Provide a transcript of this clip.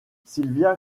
silvia